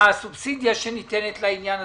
מה הסובסידיה שניתנת לעניין הזה.